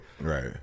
Right